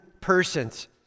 persons